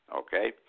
okay